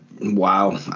Wow